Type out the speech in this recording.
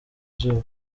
izuba